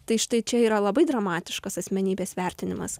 tai štai čia yra labai dramatiškas asmenybės vertinimas